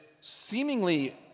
seemingly